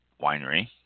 Winery